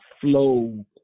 flow